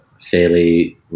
fairly